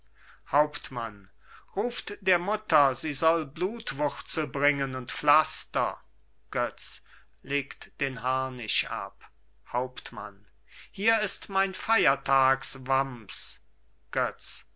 hauptmann ruft der mutter sie soll blutwurzel bringen und pflaster götz legt den harnisch ab hauptmann hier ist mein feiertagswams götz